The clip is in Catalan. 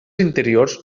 interiors